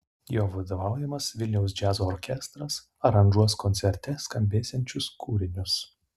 jo vadovaujamas vilniaus džiazo orkestras aranžuos koncerte skambėsiančius kūrinius